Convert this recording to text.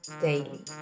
daily